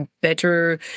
better